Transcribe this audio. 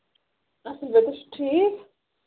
اَصٕل پٲٹھۍ تُہۍ چھُو ٹھیٖک